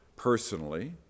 personally